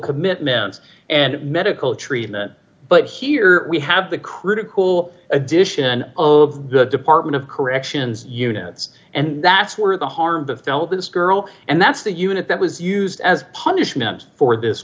commitment and medical treatment but here we have the critical addition of the department of corrections units and that's where the harm befell this girl and that's the unit that was used as punishment for this